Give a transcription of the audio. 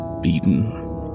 beaten